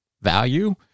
value